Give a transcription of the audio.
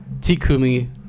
Tikumi